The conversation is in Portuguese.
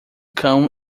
cão